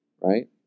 right